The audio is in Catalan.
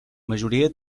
majoria